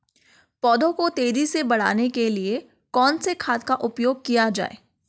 पौधों को तेजी से बढ़ाने के लिए कौन से खाद का उपयोग किया जाए?